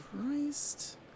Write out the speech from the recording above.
Christ